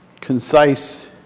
concise